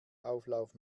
auflauf